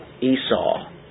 Esau